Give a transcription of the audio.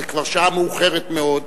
זאת כבר שעה מאוחרת מאוד.